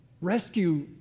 Rescue